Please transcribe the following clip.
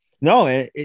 No